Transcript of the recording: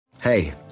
Hey